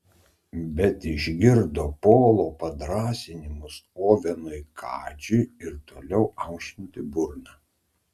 bet išgirdo polo padrąsinimus ovenui kadžiui ir toliau aušinti burną